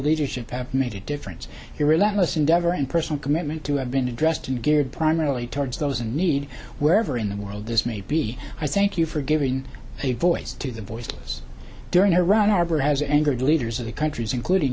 should have made a difference your relentless endeavor and personal commitment to have been addressed and geared primarily towards those in need wherever in the world this may be i thank you for giving a voice to the voiceless during iran arbor has angered leaders of the countries including